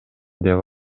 деп